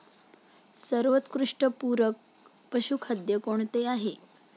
सर्वोत्कृष्ट पूरक पशुखाद्य कोणते आहे?